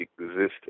existed